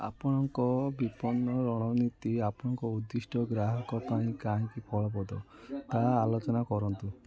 ଆପଣଙ୍କ ବିପନ୍ନ ରଣନୀତି ଆପଣଙ୍କ ଉଦ୍ଦିଷ୍ଟ ଗ୍ରାହକଙ୍କ ପାଇଁ କାହିଁକି ଫଳପ୍ରଦ ତାହା ଆଲୋଚନା କରନ୍ତୁ